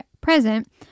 present